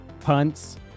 punts